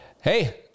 hey